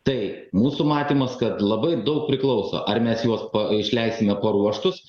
tai mūsų matymas kad labai daug priklauso ar mes juos pa išleisime paruoštus